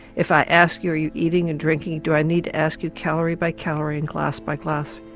if i ask you are you eating and drinking, do i need to ask you calorie by calorie and glass by glass?